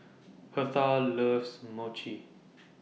Hertha loves Mochi